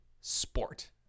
sport